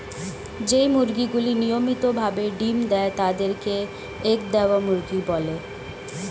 যেই মুরগিগুলি নিয়মিত ভাবে ডিম্ দেয় তাদের কে এগ দেওয়া মুরগি বলে